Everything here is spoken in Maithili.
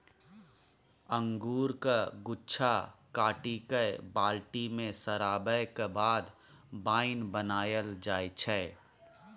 अंगुरक गुच्छा काटि कए बाल्टी मे सराबैक बाद बाइन बनाएल जाइ छै